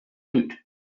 route